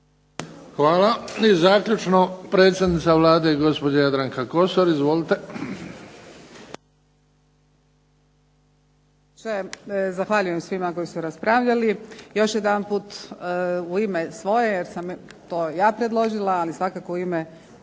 Hvala. I zaključno gospođa predsjednica Vlade gospođa Jadranka Kosor. Izvolite.